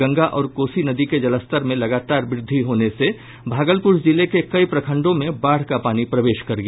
गंगा और कोसी नदी के जलस्तर में लगातार वृद्धि होने से भागलपुर जिले के कई प्रखंड में बाढ़ का पानी प्रवेश कर गया